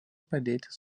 padėti